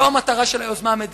זאת המטרה של היוזמה המדינית,